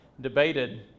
debated